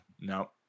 no